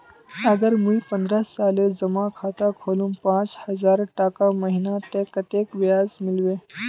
अगर मुई पन्द्रोह सालेर जमा खाता खोलूम पाँच हजारटका महीना ते कतेक ब्याज मिलबे?